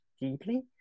deeply